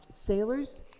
sailors